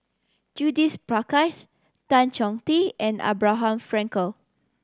Judith Prakash Tan Chong Tee and Abraham Frankel